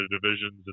divisions